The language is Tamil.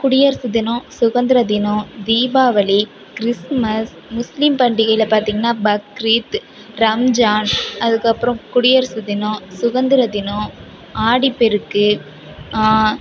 குடியரசு தினம் சுகந்திர தினம் தீபாவளி கிறிஸ்மஸ் முஸ்லீம் பண்டிகையில் பார்த்திங்கனா பக்ரீத் ரம்ஜான் அதுக்கப்புறம் குடியரசு தினம் சுகந்திர தினம் ஆடிப்பெருக்கு